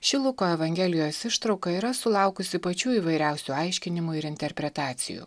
ši luko evangelijos ištrauka yra sulaukusi pačių įvairiausių aiškinimų ir interpretacijų